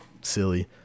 silly